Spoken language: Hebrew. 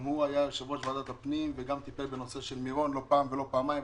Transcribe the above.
שהיה יושב-ראש ועדת הפנים וטיפל בנושא מירון לא פעם ולא פעמיים,